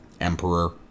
Emperor